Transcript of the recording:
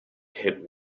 hit